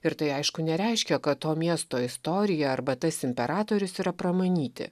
ir tai aišku nereiškia kad to miesto istorija arba tas imperatorius yra pramanyti